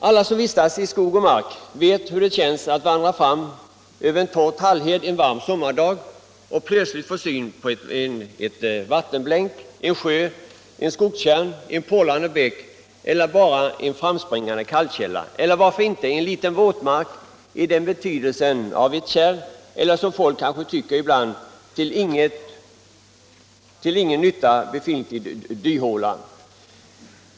Alla som vistas i skog och mark, vet hur det känns att vandra fram över en torr tallhed en varm sommardag och plötsligt få syn på ett vattenblänk, en sjö, en skogstjärn, en porlande bäck eller bara en framspringande kallkälla, eller varför inte en liten våtmark i form av ett kärr eller en ”dyhåla” som inte är till någon nytta, som folk kanske tycker ibland.